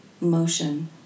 motion